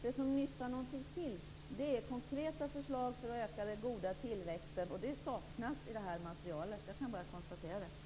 Det som nyttar någonting till är konkreta förslag för att öka den goda tillväxten. Det saknas i det här materialet. Jag kan bara konstatera det.